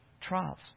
trials